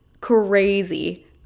crazy